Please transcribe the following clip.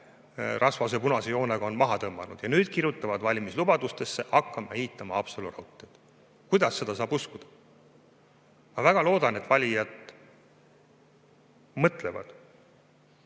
rasvase punase joonega maha tõmmanud. Ja nüüd kirjutavad valimislubadustesse: hakkame ehitama Haapsalu raudteed. Kuidas seda saab uskuda? Ma väga loodan, et valijad mõtlevad